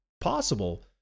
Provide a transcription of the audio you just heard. possible